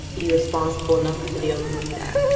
be responsible enough to be able to do that.